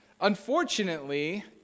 Unfortunately